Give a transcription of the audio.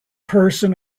person